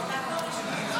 תעבור ל-17.